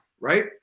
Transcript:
right